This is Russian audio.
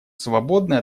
свободный